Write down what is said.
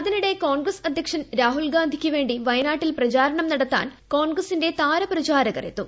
അതിനിടെ കോൺഗ്രസ് അധ്യക്ഷൻ രാഹുൽഗാന്ധിക്കുവേണ്ടി വയനാട്ടിൽ പ്രചാരണം നടത്താൻ കോൺഗ്രസിന്റെ താര പ്രചാരകർ എത്തും